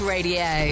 Radio